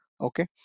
okay